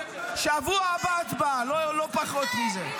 בשבוע הבא הצבעה, לא פחות מזה.